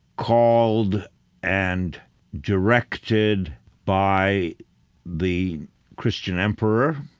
called and directed by the christian emperor